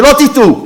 שלא תטעו,